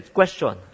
question